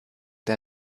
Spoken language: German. der